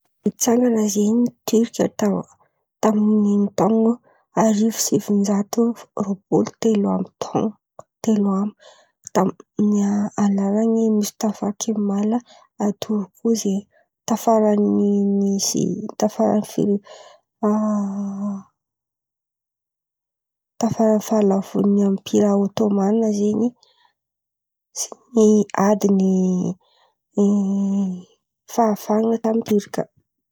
Niforon̈a zen̈y ny Tiorka ta- tamin'ny taon̈a arivo sivin-jato roapolo telo amby taon̈o telo amby tao. Ny a- anarany nosy Tafakiomala atoro koa zen̈y tafaran'ny n'ize tafara fi- tafara fahalavon'ny ampira ôtomanina zen̈y sy ny adin'ny fahafahana tamin'i Tiorka.